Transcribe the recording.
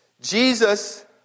Jesus